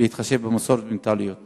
בהתחשב במסורת ובמנטליות השונות?